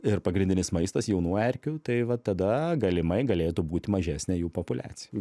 ir pagrindinis maistas jaunų erkių tai va tada galimai galėtų būti mažesnė jų populiacija gerai